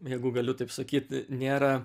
jeigu galiu taip sakyt nėra